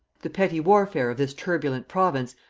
the petty warfare of this turbulent province,